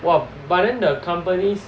!wah! but then the companies